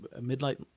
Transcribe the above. midnight